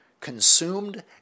consumed